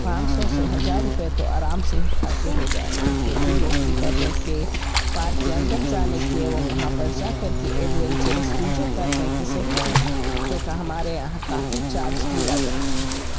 पाँच सौ से हजार रुपए तो आराम से ही खर्च हो जाएंगे क्योंकि वोटिंग करने के पार के अंदर जाने की एवं वहाँ पर जाकर कर के एडवेंचरस चीज़ों करते हैं कि सभी चीज जो हमारे यहाँ काफ़ी चार्ज लिया जाता है